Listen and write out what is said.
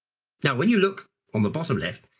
now, when you look on the bottom left,